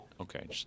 okay